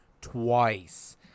Twice